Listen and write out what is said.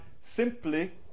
simply